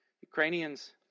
Ukrainians